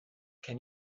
can